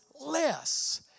less